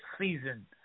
season